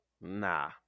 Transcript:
Nah